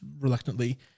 reluctantly